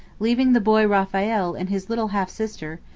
leaving the boy raphael and his little half-sister,